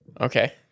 Okay